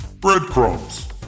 Breadcrumbs